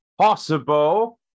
possible